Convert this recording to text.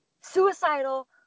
suicidal